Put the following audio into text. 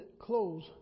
close